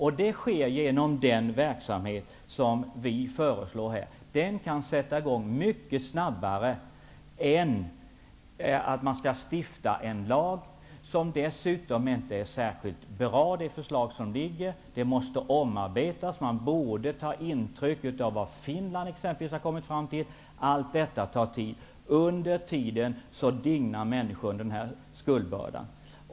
Det sker genom den verksamhet som vi föreslår. Den kan sätta igång mycket snabbare. Det är en långsammare metod att stifta en lag. Det föreliggande förslaget är dessutom inte särskilt bra. Det måste omarbetas. Man borde ta intryck av vad man t.ex. har kommit fram till i Finland. Allt detta tar tid. Under tiden dignar människor under sina skuldbördor.